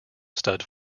stud